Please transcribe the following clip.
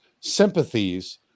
sympathies